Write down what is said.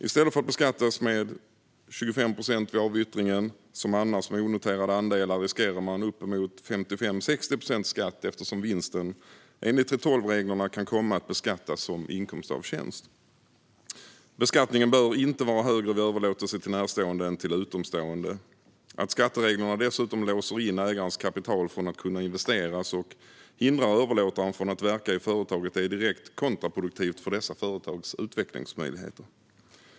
I stället för att beskattas med 25 procent vid avyttringen, som annars med onoterade andelar, riskerar man uppåt 55-60 procents skatt eftersom vinsten enligt 3:12-reglerna kan komma att beskattas som inkomst av tjänst. Beskattningen bör inte vara högre vid överlåtelse till närstående än vid överlåtelse till utomstående. Att skattereglerna dessutom låser in ägarens kapital från att kunna investeras och hindrar överlåtaren från att verka i företaget är direkt kontraproduktivt för dessa företags utvecklingsmöjligheter.